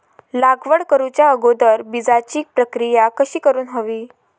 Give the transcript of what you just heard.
लागवड करूच्या अगोदर बिजाची प्रकिया कशी करून हवी?